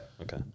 Okay